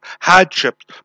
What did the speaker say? hardships